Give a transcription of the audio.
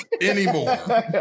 anymore